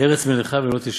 ארץ מלחה ולא תשב'.